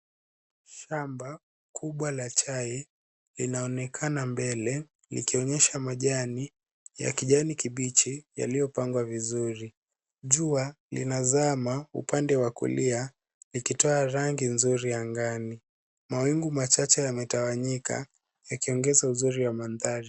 Shamba kubwa la chai linaonekana mbele likionyesha majani ya kijani kibichi yaliyopangwa vizuri. Jua linazama upande wa kulia likitoa rangi nzuri angani. Mawingu machache yametawanyika yakiongeza uzuri wa mandhari.